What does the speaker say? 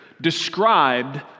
described